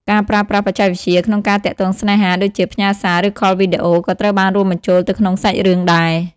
ការប្រើប្រាស់បច្ចេកវិទ្យា ក្នុងការទាក់ទងស្នេហា ដូចជា ផ្ញើសារ ឬ ខល Video ក៏ត្រូវបានរួមបញ្ចូលទៅក្នុងសាច់រឿងដែរ។